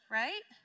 right